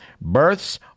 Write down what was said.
births